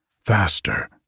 Faster